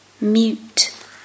mute